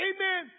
Amen